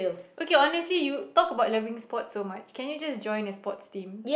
okay honestly you talk about loving sports so much can you just join a sports team